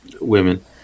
women